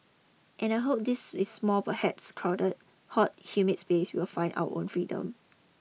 and I hope this is small perhaps crowded hot humid space we will find our freedom